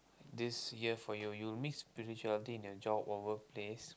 this year for you you will miss spirituality in your job or workplace